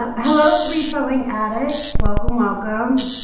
ah hello reselling addicts, welcome welcome